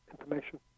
information